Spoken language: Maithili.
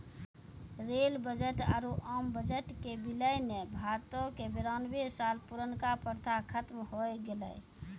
रेल बजट आरु आम बजट के विलय ने भारतो के बेरानवे साल पुरानका प्रथा खत्म होय गेलै